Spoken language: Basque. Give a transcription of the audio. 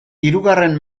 hirugarren